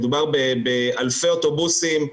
מדובר באלפי אוטובוסים.